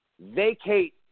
vacate